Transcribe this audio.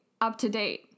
up-to-date